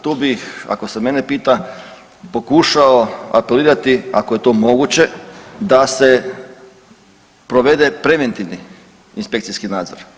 Tu bih ako se mene pita pokušao apelirati, ako je to moguće da se provede preventivni inspekcijski nadzor.